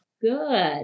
Good